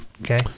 Okay